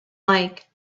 like